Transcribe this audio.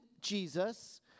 Jesus